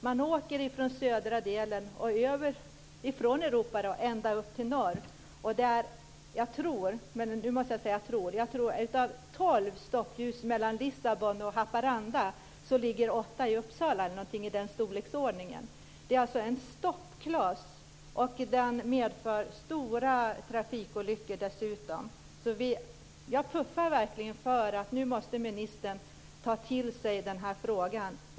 Man åker från Europa över södra delen ända upp till norr. Jag tror att av tolv stoppljus mellan Lissabon och Haparanda ligger åtta i Uppsala, eller någonting i den storleksordningen. Det är en stoppkloss. Det medför dessutom stora trafikolyckor. Jag puffar verkligen för att ministern nu måste ta till sig den här frågan.